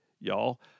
y'all